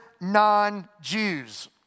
non-Jews